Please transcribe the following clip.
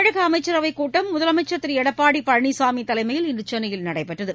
தமிழக அமைச்சரவைக் கூட்டம் முதலமைச்சள் திரு எடப்பாடி பழனிசாமி தலைமையில் இன்று சென்னையில் நடைபெற்றது